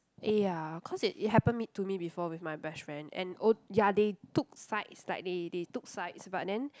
eh ya cause it it happen me to me before with my best friend and oh ya they took sides like they they took sides but then